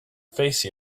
face